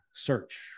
search